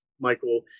Michael